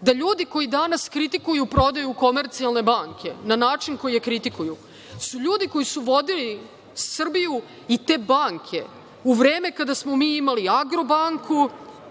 da ljudi koji danas kritikuju prodaju „Komercijalne banke“ na način koji je kritikuju, su ljudi koji su vodili Srbiju i te banke u vreme kada smo mi imali „Agro banku“,